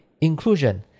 inclusion